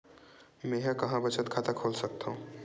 मेंहा कहां बचत खाता खोल सकथव?